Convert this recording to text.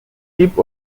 tip